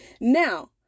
Now